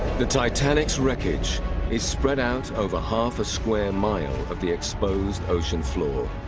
the titanic's wreckage is spread out over half a square mile of the exposed ocean floor.